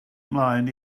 mlaen